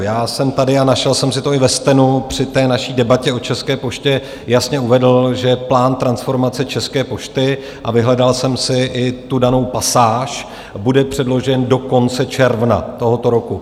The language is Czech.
Já jsem tady, a našel jsem si to i ve stenu, při té naší debatě o České poště jasně uvedl, že plán transformace České pošty, a vyhledal jsem si i tu danou pasáž, bude předložen do konce června tohoto roku.